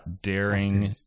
Daring